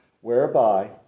whereby